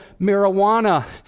marijuana